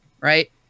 Right